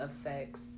affects